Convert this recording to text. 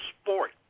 sport